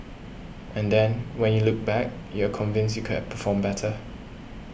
and then when you look back you are convinced you could have performed better